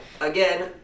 again